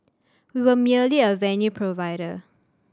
we were merely a venue provider